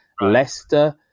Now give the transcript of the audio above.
Leicester